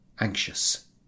anxious